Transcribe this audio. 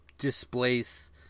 displace